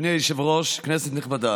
אדוני היושב-ראש, כנסת נכבדה,